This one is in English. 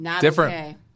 Different